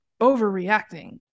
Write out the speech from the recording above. overreacting